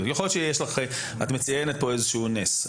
את מציינת איזשהו נס.